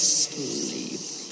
sleep